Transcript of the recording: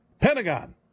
Pentagon